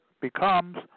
becomes